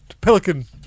Pelican